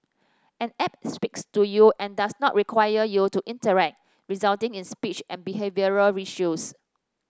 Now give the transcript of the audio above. an app speaks to you and does not require you to interact resulting in speech and behavioural issues